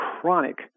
chronic